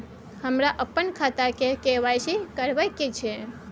हमरा अपन खाता के के.वाई.सी करबैक छै